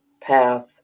path